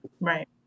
Right